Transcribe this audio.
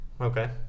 Okay